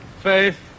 faith